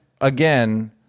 again